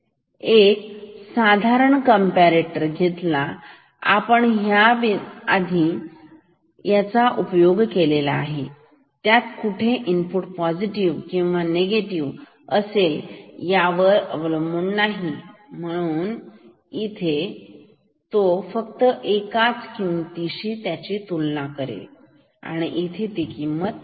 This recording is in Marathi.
तर एक साधारण कंपरेटर जो आपण या आधी उपयोग केलेला आहे त्यात कुठे इनपुट पॉझिटिव किंवा निगेटिव्ह असेल त्यावर अवलंबून असते म्हणून तो फक्त एकाच किमतीची तुलना करतो इथे ती किंमत शून्य आहे